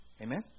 Amen